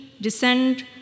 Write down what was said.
Descent